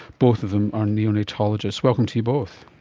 both of them are neonatologists. welcome to you both.